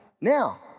Now